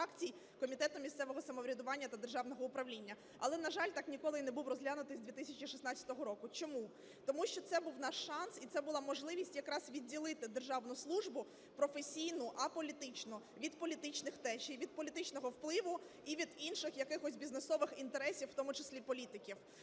Комітетом місцевого самоврядування та державного управління. Але, на жаль, так ніколи і не був розглянутий з 2016 року. Чому? Тому що це був наш шанс і це була можливість якраз відділити державну службу, професійну, аполітичну, від політичних течій, від політичного впливу і від інших якихось бізнесових інтересів, в тому числі політиків.